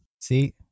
See